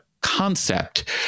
concept